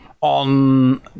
on